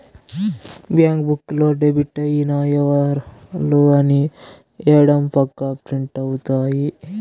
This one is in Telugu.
బ్యాంక్ బుక్ లో డెబిట్ అయిన ఇవరాలు అన్ని ఎడం పక్క ప్రింట్ అవుతాయి